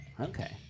Okay